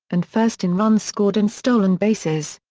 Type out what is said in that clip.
and first in runs scored and stolen bases.